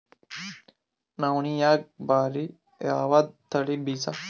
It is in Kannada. ನವಣಿಯಾಗ ಭಾರಿ ಯಾವದ ತಳಿ ಬೀಜ?